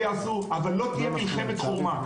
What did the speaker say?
אבל לא תהיה מלחמת חורמה.